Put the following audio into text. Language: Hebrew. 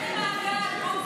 ואיפה הוא ישב,